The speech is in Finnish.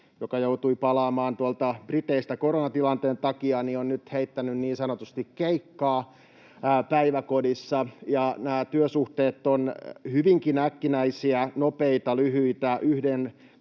joka joutui palaamaan Briteistä koronatilanteen takia, on nyt heittänyt niin sanotusti keikkaa päiväkodissa. Nämä työsuhteet ovat hyvinkin äkkinäisiä, nopeita, lyhyitä, yhden